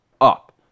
up